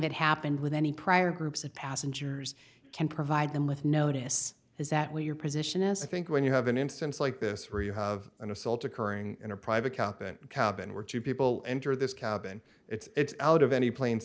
that happened with any prior groups of passengers can provide them with notice is that what your position as i think when you have an instance like this where you have an assault occurring in a private company cabin where two people enter this cabin it's out of any pla